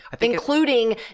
including